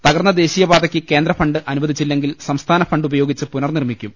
തകർന്ന ദേശീയപാ തയ്ക്ക് കേന്ദ്രഫണ്ട് അനുവദിച്ചില്ലെങ്കിൽ സംസ്ഥാന ഫണ്ട് ഉപയോഗിച്ച് പുനർ നിർമ്മിക്കും